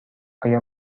آیا